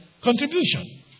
contribution